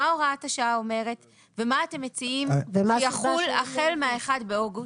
מה הוראת השעה אומרת ומה אתם מציעים שיחול החל מה-1 באוגוסט.